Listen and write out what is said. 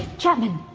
chapman?